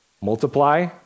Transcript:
multiply